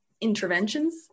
interventions